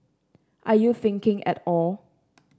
are you thinking at all